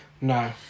No